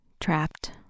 Trapped